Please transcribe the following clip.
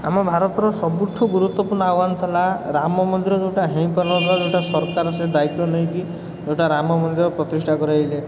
ଆମ ଭାରତର ସବୁଠୁ ଗୁରୁତ୍ୱପୂର୍ଣ୍ଣ ଆହ୍ୱାନ ଥିଲା ରାମମନ୍ଦିର ଯେଉଁଟା ହେଇପାରୁନଥିଲା ସେଇଟା ସରକାର ସେ ଦାୟିତ୍ୱ ନେଇକି ଗୋଟେ ରାମ ମନ୍ଦିର ପ୍ରତିଷ୍ଠା କରାଇଲେ